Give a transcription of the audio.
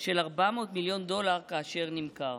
של 400 מיליון דולר כאשר נמכרה.